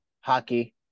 hockey